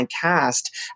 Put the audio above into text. cast